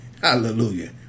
Hallelujah